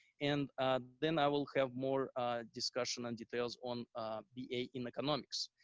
and then i will have more discussion and details on the a in economics.